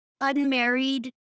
unmarried